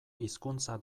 hizkuntza